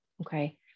okay